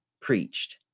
preached